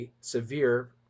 severe